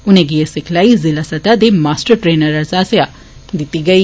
उनें'गी एह् सिखलाई जिला सतह दे मास्टर ट्रेनरें आस्सेआ दित्ती गेई